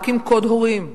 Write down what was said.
רק עם קוד הורים.